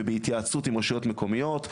ובהתייעצות עם רשויות מקומיות,